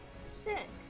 Sick